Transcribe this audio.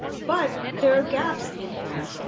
but there are gaps in here.